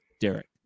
Derek